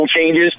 changes